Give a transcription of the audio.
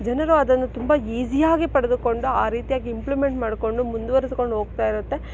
ಜನರು ಅದನ್ನು ತುಂಬ ಈಸಿಯಾಗಿ ಪಡೆದುಕೊಂಡು ಆ ರೀತಿಯಾಗಿ ಇಂಪ್ಲಿಮೆಂಟ್ ಮಾಡಿಕೊಂಡು ಮುಂದುವರಿದುಕೊಂಡು ಹೋಗ್ತಾ ಇರುತ್ತೆ